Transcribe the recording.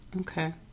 Okay